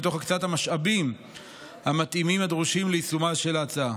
ותוך הקצאת המשאבים המתאימים הדרושים ליישומה של ההצעה.